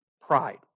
pride